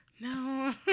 No